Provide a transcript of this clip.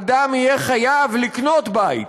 אדם יהיה חייב לקנות בית.